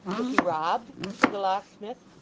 is he robbed said the locksmith.